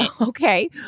Okay